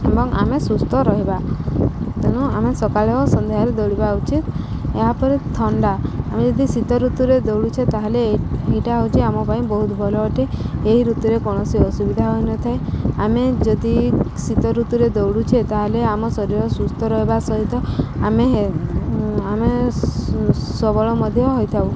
ଏବଂ ଆମେ ସୁସ୍ଥ ରହିବା ତେଣୁ ଆମେ ସକାଳ ହ ସନ୍ଧ୍ୟାରେ ଦୌଡ଼ିବା ଉଚିତ ଏହାପରେ ଥଣ୍ଡା ଆମେ ଯଦି ଶୀତ ଋତୁରେ ଦୌଡ଼ୁଛେ ତା'ହେଲେ ଏଇଟା ହେଉଛି ଆମ ପାଇଁ ବହୁତ ଭଲ ଅଟେ ଏହି ଋତୁରେ କୌଣସି ଅସୁବିଧା ହୋଇନଥାଏ ଆମେ ଯଦି ଶୀତ ଋତୁରେ ଦୌଡ଼ୁଛେ ତା'ହେଲେ ଆମ ଶରୀର ସୁସ୍ଥ ରହିବା ସହିତ ଆମେ ଆମେ ସବଳ ମଧ୍ୟ ହୋଇଥାଉ